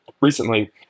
recently